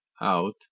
out